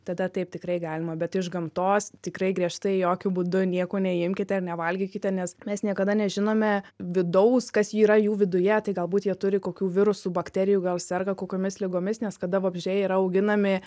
tada taip tikrai galima bet iš gamtos tikrai griežtai jokiu būdu nieko neimkite ir nevalgykite nes mes niekada nežinome vidaus kas yra jų viduje tai galbūt jie turi kokių virusų bakterijų gal serga kokiomis ligomis nes kada vabzdžiai yra auginami